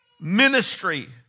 ministry